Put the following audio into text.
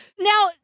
now